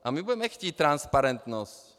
A my budeme chtít transparentnost.